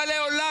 אבל לעולם,